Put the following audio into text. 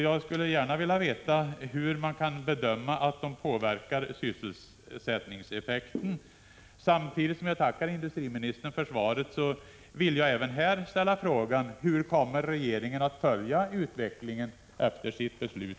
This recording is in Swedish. Jag skulle gärna vilja veta hur han kan bedöma att de påverkar sysselsättningen. Samtidigt som jag tackar industriministern för svaret vill jag även här ställa frågan: Hur kommer regeringen att följa utvecklingen efter sitt beslut?